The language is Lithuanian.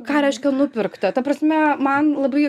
ką reiškia nupirkta ta prasme man labai